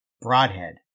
Broadhead